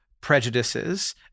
prejudices